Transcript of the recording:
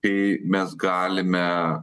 kai mes galime